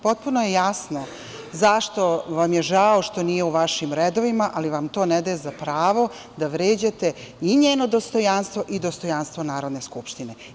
Potpuno je jasno zašto vam je žao što nije u vašim redovima, ali vam to ne daje za pravo da vređate i njeno dostojanstvo i dostojanstvo Narodne skupštine.